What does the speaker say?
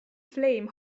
flame